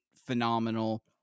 phenomenal